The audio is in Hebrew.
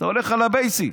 אתה הולך על הבייסיק.